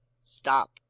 Stop